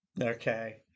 Okay